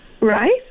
Right